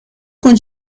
نگاه